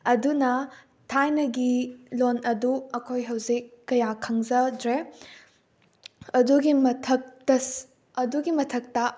ꯑꯗꯨꯅ ꯊꯥꯏꯅꯒꯤ ꯂꯣꯟ ꯑꯗꯨ ꯑꯩꯈꯣꯏ ꯍꯧꯖꯤꯛ ꯀꯌꯥ ꯈꯪꯖꯗ꯭ꯔꯦ ꯑꯗꯨꯒꯤ ꯃꯊꯛꯇ ꯑꯗꯨꯒꯤ ꯃꯊꯛꯇ